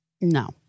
no